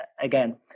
again